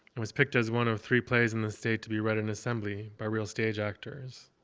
it was picked as one of three plays in the state to be read in an assembly, by real stage actors.